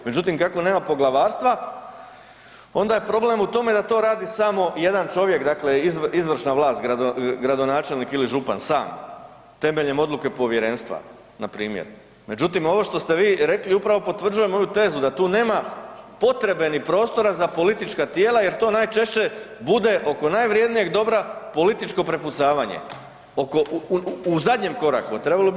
Međutim kako nema poglavarstva onda je problem u tome da to radi samo jedan čovjek, dakle izvršna vlast, gradonačelnik ili župan sam temeljem odluke povjerenstva npr. Međutim, ovo što ste vi rekli upravo potvrđuje moju tezu da tu nema potrebe ni prostora za politička tijela jer to najčešće bude oko najvrjednijeg dobra političko prepucavanje oko, u zadnjem koraku, a trebalo bi biti u prvom koraku [[Upadica: Fala, vrijeme]] Hvala.